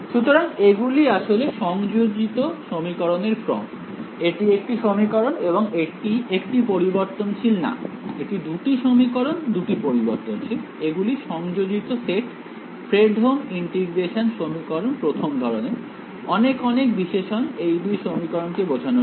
সুতরাং এগুলি আসলে সংযোজিত সমীকরণের ক্রম এটি একটি সমীকরণ এবং একটি পরিবর্তনশীল না এটি দুটি সমীকরণ দুটি পরিবর্তনশীল এগুলি সংযোজিত সেট ফ্রেডহোম ইন্টিগ্রেশন সমীকরণ প্রথম ধরনের অনেক অনেক বিশেষণ এই দুই সমীকরণ কে বোঝানোর জন্য